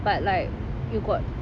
but like you got